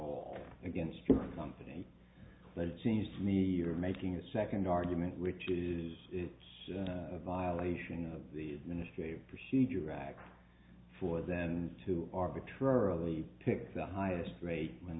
all against your company but it seems to me you're making a second argument which is a violation of the ministry of procedure rag for them to arbitrarily pick the highest grade when